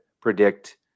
predict